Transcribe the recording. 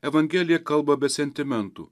evangelija kalba be sentimentų